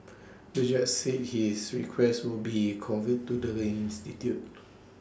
the judge said his request would be conveyed to the institute